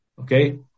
okay